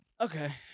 Okay